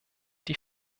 die